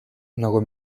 nagu